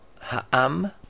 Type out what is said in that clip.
Ha'am